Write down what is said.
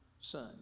son